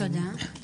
תודה.